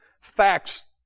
facts